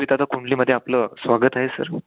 तिथं आता कुंडलीमध्ये आपलं स्वागत आहे सर